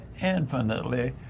infinitely